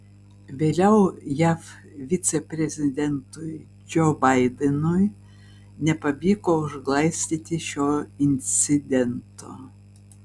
vėliau jav viceprezidentui džo baidenui nepavyko užglaistyti šio incidento